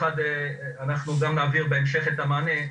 ואנחנו גם נעביר בהמשך את המענה.